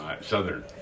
Southern